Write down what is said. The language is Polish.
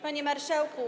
Panie Marszałku!